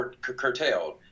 curtailed